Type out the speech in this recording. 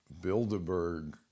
bilderberg